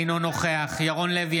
אינו נוכח ירון לוי,